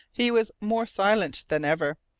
he was more silent than ever,